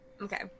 okay